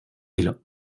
hilo